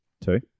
Two